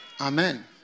Amen